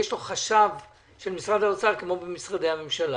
יש לו חשב של משרד האוצר כמו במשרדי הממשלה.